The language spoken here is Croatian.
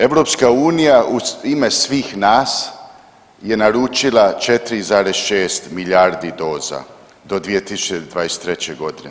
EU u ime svih nas je naručila 4,6 milijardi doza do 2023. godine.